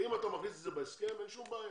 אם אתה מכניס את זה בהסכם אין שום בעיה.